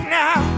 now